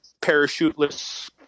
parachuteless